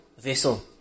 vessel